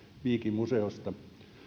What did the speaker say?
viikin museosta